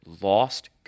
Lost